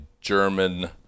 German